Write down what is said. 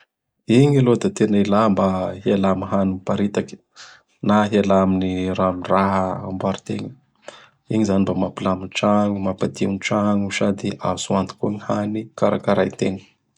Igny aloha da tena ila mba hiala amin'gnyy hany miparitaky na hiala amin'gny ranondraha amboaritegna. Igny izany mba mampilamy tragno, mampadio gny tragno sady azo antoky koa gny hany karakaraitegna.